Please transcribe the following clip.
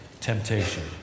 temptation